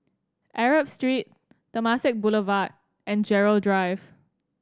Arab Street Temasek Boulevard and Gerald Drive